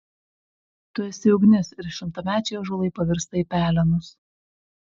tu esi ugnis ir šimtamečiai ąžuolai pavirsta į pelenus